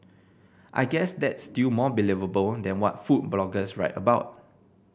I guess that's still more believable than what 'food' bloggers write about